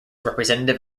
representative